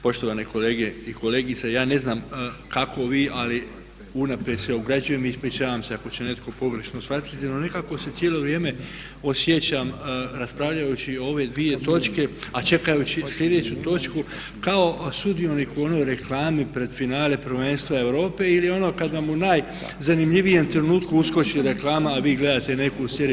Poštovane kolege i kolegice ja ne znam kako vi ali unaprijed se ograđujem i ispričavam se ako će netko pogrešno shvatiti no nekako se cijelo vrijeme osjećam raspravljajući o ove dvije točke a čekajući sljedeću točku kao sudionik u onoj reklami pred finale prvenstva Europe ili ono kad vam u najzanimljivijem trenutku uskoči reklama, a vi gledate neku seriju.